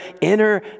inner